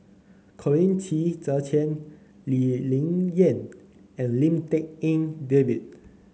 Colin Qi Zhe Quan Lee Ling Yen and Lim Tik En David